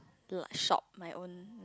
shop my own